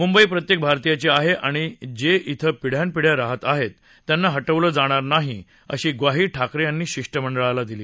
मुंबई प्रत्येक भारतीयाची आहे आणि जे इथं पिढयापिद्या राहत आहेत त्यांना हा वेलं जाणार नाही अशी ग्वाही ठाकरे यांनी या शिष्टमंडळाला दिली